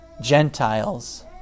Gentiles